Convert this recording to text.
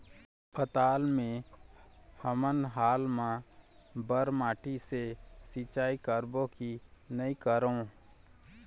पताल मे हमन हाल मा बर माटी से सिचाई करबो की नई करों?